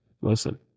listen